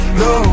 no